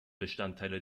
bestandteile